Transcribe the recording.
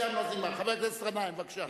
חבר הכנסת גנאים, בבקשה.